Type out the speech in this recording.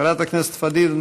חברת הכנסת פדידה,